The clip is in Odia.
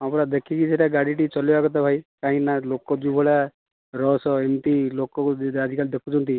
ହଁ ପରା ଦେଖିକି ଟିକେ ସେଇଟା ଗାଡ଼ି ଚଲେଇବା କଥା ଭାଇ କାହିଁକିନା ଲୋକ ଯେଉଁଭଳିଆ ରସ ଏମିତି ଲୋକ ଯାହା ଆଜି କାଲି ଦେଖୁଛନ୍ତି